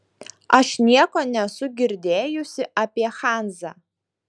aš nieko nesu girdėjusi apie hanzą